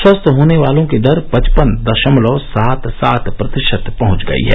स्वस्थ होने वालों की दर पचपन दशमलव सात सात प्रतिशत पहंच गई है